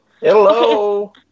Hello